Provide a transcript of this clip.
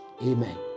Amen